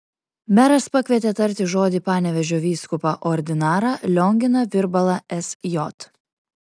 meras pakvietė tarti žodį panevėžio vyskupą ordinarą lionginą virbalą sj